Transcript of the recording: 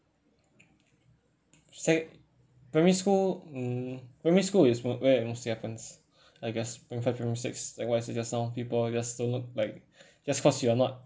sec~ primary school mm primary school is what where it mostly happens I guess primary five primary six likewise you just now people just don't look like just cause you are not